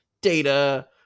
data